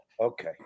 Okay